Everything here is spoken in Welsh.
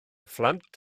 phlant